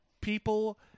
people